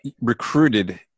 recruited